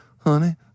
honey